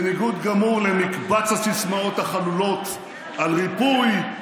בניגוד גמור למקבץ הסיסמאות החלולות על ריפוי,